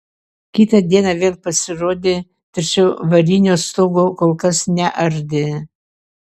kitą dieną vėl pasirodė tačiau varinio stogo kol kas neardė